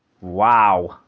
Wow